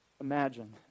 Imagine